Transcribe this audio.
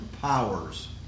powers